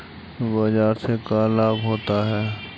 बाजार से का लाभ होता है?